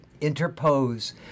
interpose